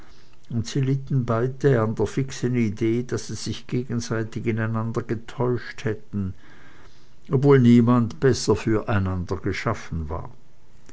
litten beide an der fixen idee daß sie sich gegenseitig ineinander getäuscht hätten obwohl niemand besser füreinander geschaffen war